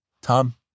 Tom